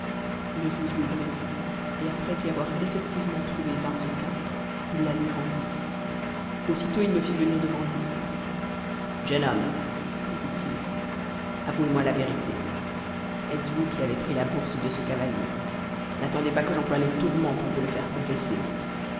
le juge l'ouvrit et après y avoir effectivement trouvé vingt sequins il la lui rendit aussitôt il me fit venir devant lui jeune homme me dit-il avouez-moi la vérité est-ce vous qui avez pris la bourse de ce cavalier n'attendez pas que j'emploie les tourments pour vous le faire confesser